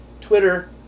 Twitter